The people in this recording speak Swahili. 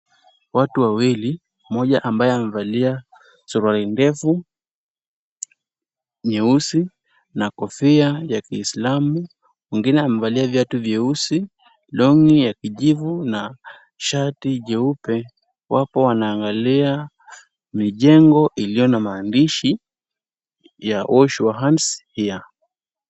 Watu wawili, mmoja ambaye amevalia suruali ndefu nyeusi na kofia ya kiislamu, mwingine amevalia viatu vyeusi, long'i ya kijivu na shati jeupe wapo wanaangalia mijengo iliyo na maandishi ya wash your hands here .